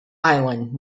island